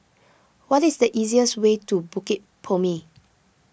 what is the easiest way to Bukit Purmei